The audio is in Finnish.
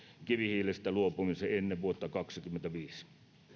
kivihiilestä luopumisen ennen vuotta kaksikymmentäviisi